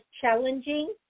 challenging